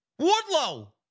Woodlow